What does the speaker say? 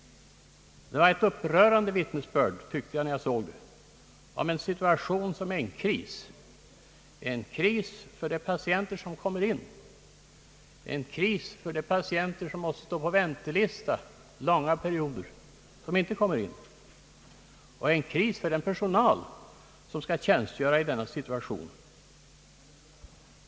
Det var ett upprörande vittnesbörd, tyckte jag när jag såg det, om en situation som innebär en kris för de patienter som kommer in på sjukhus, en kris för de patienter som måste stå på väntelistan under långa perioder därför att de inte kan komma in, samt en kris för den personal som skall tjänstgöra i denna situation.